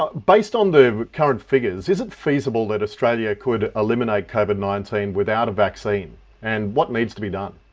ah based on the current figures, is it feasible that australia could eliminate covid nineteen without a vaccine and what needs to be done?